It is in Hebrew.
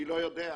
אני לא יודע.